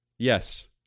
Yes